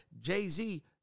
Jay-Z